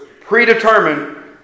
predetermined